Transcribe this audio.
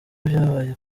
byabaye